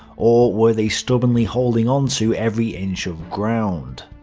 or were they stubbornly holding onto every inch of ground?